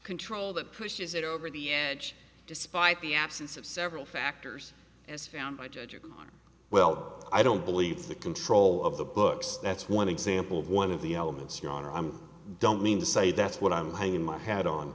control that pushes it over the edge despite the absence of several factors as found by judges well i don't believe the control of the books that's one example of one of the elements your honor i'm don't mean to say that's what i'm hanging my hat on